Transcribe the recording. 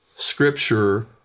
Scripture